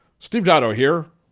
steve dotto here.